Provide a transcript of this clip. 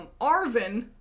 Arvin